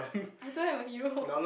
I don't have a hero